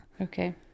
Okay